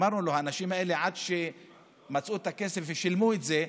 ואמרנו לו: עד שהאנשים האלה מצאו את הכסף ושילמו את זה,